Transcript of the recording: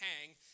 hang